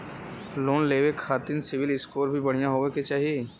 Loan लेवे के खातिन सिविल स्कोर भी बढ़िया होवें के चाही?